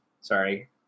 sorry